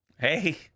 Hey